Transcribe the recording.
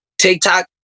tiktok